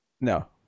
no